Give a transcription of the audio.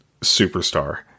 superstar